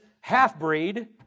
half-breed